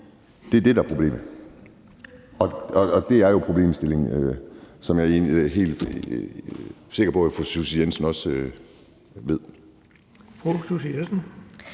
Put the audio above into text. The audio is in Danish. Det er det, der er problemet, og det er jo problemstillingen, som jeg er helt sikker på at fru Susie Jessen er